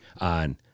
on